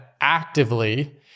actively